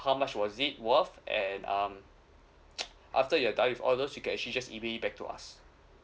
how much was it worth and um after you've done with all those you can actually just email back to us